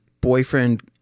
boyfriend